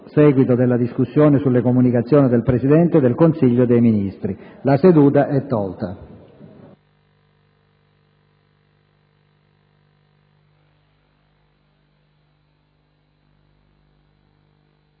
seguito della discussione sulle comunicazioni del Presidente del Consiglio dei ministri alla seduta di domani